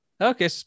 Okay